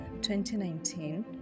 2019